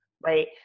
right